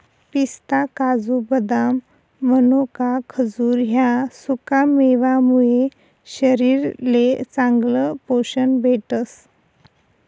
पिस्ता, काजू, बदाम, मनोका, खजूर ह्या सुकामेवा मुये शरीरले चांगलं पोशन भेटस